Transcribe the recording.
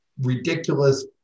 ridiculous